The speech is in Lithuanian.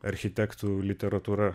architektų literatūra